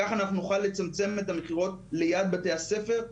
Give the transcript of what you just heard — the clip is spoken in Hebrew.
כך נוכל לצמצם את המכירות ליד בתי הספר.